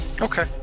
Okay